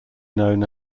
known